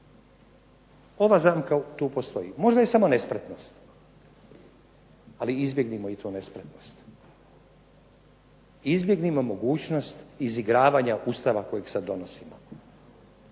Ova zamka tu postoji. Možda je samo nespretnost, ali izbjegnimo i tu nespretnost. Izbjegnimo mogućnost izigravanja Ustava kojeg sad donosimo.